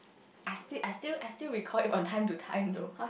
I still I still I still recall it from time to time though